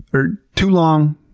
or two long,